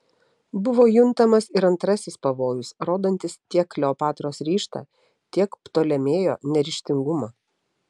buvo juntamas ir antrasis pavojus rodantis tiek kleopatros ryžtą tiek ptolemėjo neryžtingumą